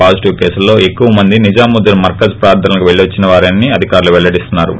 positive కేసుల్లో ఎక్కువ మంది నిజాముద్దీన్ మర్కజ్ ప్రార్ధనలకు పెల్లివచ్చిన వారేనని అధికారులు పెల్లడిస్తున్నారు